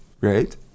right